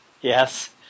Yes